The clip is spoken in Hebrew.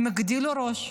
הם הגדילו ראש.